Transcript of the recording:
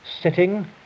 sitting